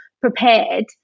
prepared